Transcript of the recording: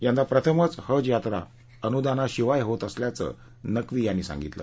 यंदा प्रथमच हज यात्रा अनुदानाशिवाय होत असल्याचं नक्वी यांनी सांगितलं